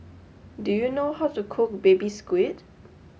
do you know how to cook Baby Squid